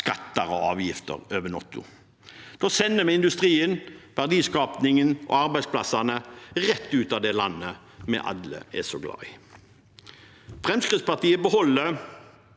skatter og avgifter over natten. Da sender vi industrien, verdiskapingen og arbeidsplassene rett ut av det landet vi alle er så glad i. Fremskrittspartiet beholder